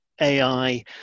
AI